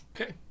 Okay